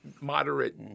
moderate